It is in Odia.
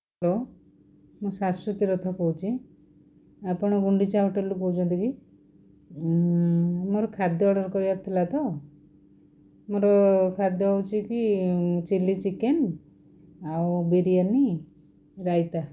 ହ୍ୟାଲୋ ମୁଁ ଶାଶ୍ଵତୀ ରଥ କହୁଛି ଆପଣ ଗୁଣ୍ଡିଚା ହୋଟେଲ୍ରୁ କହୁଛନ୍ତି କି ମୋର ଖାଦ୍ୟ ଅର୍ଡ଼ର୍ କରିବାର ଥିଲା ତ ମୋର ଖାଦ୍ୟ ହେଉଛି କି ଚିଲ୍ଲି ଚିକେନ୍ ଆଉ ବିରିୟାନି ରାଇତା